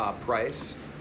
price